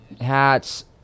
hats